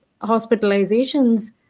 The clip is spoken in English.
hospitalizations